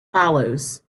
follows